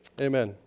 Amen